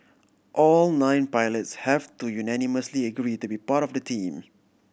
all nine pilots have to unanimously agree to be part of the team